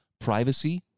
privacy